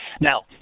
Now